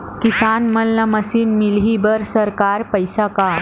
किसान मन ला मशीन मिलही बर सरकार पईसा का?